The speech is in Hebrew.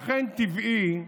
לכן טבעי,